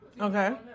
Okay